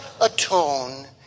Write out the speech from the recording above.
atone